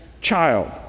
child